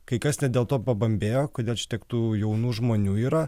kai kas net dėl to pabambėjo kodėl čia tiek tų jaunų žmonių yra